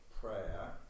prayer